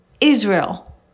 Israel